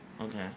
Okay